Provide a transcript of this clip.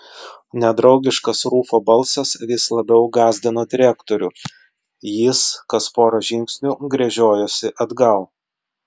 nedraugiškas rufo balsas vis labiau gąsdino direktorių jis kas pora žingsnių gręžiojosi atgal